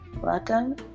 Welcome